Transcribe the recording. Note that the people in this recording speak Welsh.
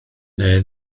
neu